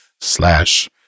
slash